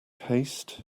haste